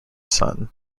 son